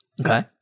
Okay